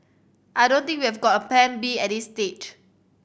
I don't think we have got a Plan B at this stage